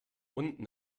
unten